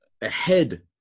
ahead